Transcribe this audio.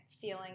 feeling